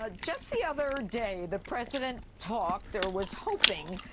ah just the other day, the president talked, or was hoping,